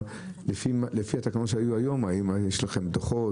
לפי התקנות שהיו היום, האם יש לכם דוחות?